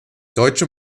deutsche